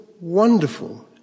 wonderful